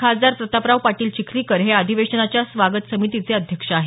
खासदार प्रतापराव पाटील चिखलीकर हे या अधिवेशनाच्या स्वागत समितीचे अध्यक्ष आहेत